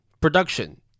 production